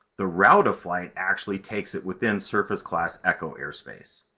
the route of flight actually takes it within surface class echo airspace.